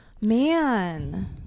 man